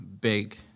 big